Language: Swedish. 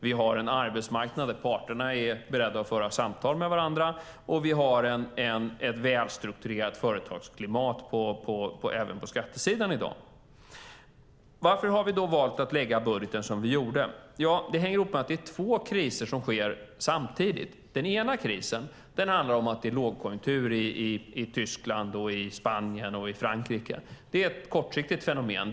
Vi har en arbetsmarknad där parterna är beredda att föra samtal med varandra och vi har ett välstrukturerat företagsklimat även på skattesidan i dag. Varför har vi då valt att lägga budgeten som vi gjorde? Det hänger ihop med att det är två kriser som pågår samtidigt. Den ena krisen handlar om att det är lågkonjunktur i Tyskland, i Spanien och i Frankrike. Det är ett kortsiktigt fenomen.